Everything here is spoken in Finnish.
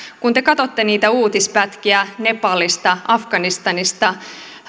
kun te katsotte niitä uutispätkiä nepalista afganistanista